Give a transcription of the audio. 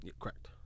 Correct